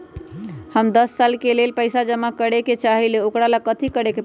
हम दस साल के लेल पैसा जमा करे के चाहईले, ओकरा ला कथि करे के परत?